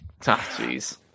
jeez